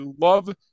love